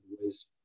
ways